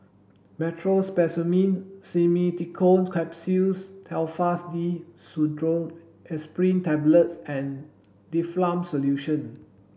Meteospasmyl Simeticone Capsules Telfast D Pseudoephrine Tablets and Difflam Solution